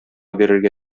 бирергә